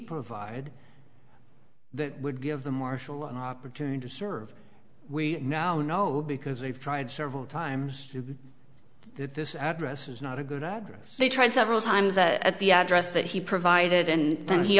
provide that would give the marshal an opportunity to serve we now know because we've tried several times that this address is not a good address they tried several times at the address that he provided and then he